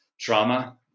trauma